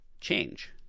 change